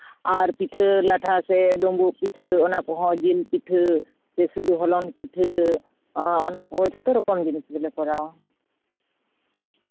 ᱟᱨ ᱯᱤᱴᱷᱟᱹ ᱞᱟᱴᱷᱟ ᱥᱮ ᱰᱩᱸᱵᱩᱜ ᱯᱤᱴᱷᱟᱹ ᱚᱱᱟ ᱠᱚᱦᱚᱸ ᱡᱤᱞ ᱯᱤᱴᱷᱟᱹ ᱥᱮ ᱥᱩᱫᱩ ᱦᱚᱞᱚᱝ ᱯᱤᱴᱷᱟᱹ ᱚᱱᱟ ᱠᱚ ᱡᱚᱛᱚ ᱨᱚᱠᱚᱢ ᱡᱤᱱᱤᱥ ᱜᱮᱞᱮ ᱠᱚᱨᱟᱣᱟ